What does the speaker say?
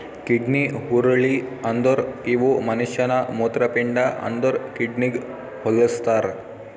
kidney ಹುರುಳಿ ಅಂದುರ್ ಇವು ಮನುಷ್ಯನ ಮೂತ್ರಪಿಂಡ ಅಂದುರ್ ಕಿಡ್ನಿಗ್ ಹೊಲುಸ್ತಾರ್